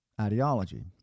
ideology